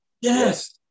Yes